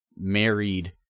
married